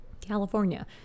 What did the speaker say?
California